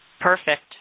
Perfect